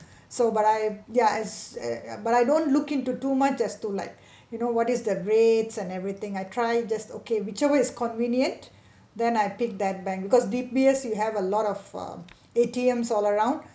so but I ya as a ya but I don't look into too much as to like you know what is the rates and everything I try just okay whichever is convenient then I pick that bank because D_B_S you have a lot of ah A_T_M all around